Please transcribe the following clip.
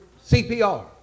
CPR